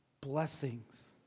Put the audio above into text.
blessings